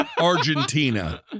Argentina